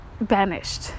banished